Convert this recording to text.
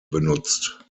benutzt